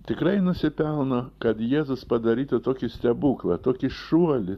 tikrai nusipelno kad jėzus padarytų tokį stebuklą tokį šuolį